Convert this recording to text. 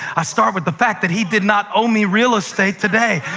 i start with the fact that he did not owe me real estate today.